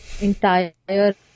entire